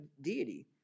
deity